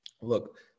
look